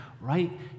right